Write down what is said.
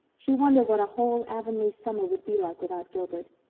she wondered what a whole avonlea summer would be like without gilbert.